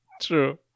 True